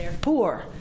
poor